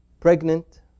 Pregnant